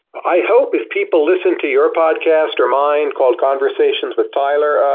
i hope if people listen to your podcast or mine called conversations with tyler,